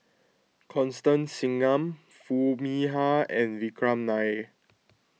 Constance Singam Foo Mee Har and Vikram Nair